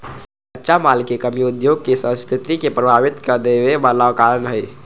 कच्चा माल के कमी उद्योग के सस्थिति के प्रभावित कदेवे बला कारण हई